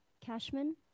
Cashman